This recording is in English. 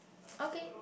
okay